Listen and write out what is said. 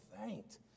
thanked